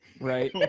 right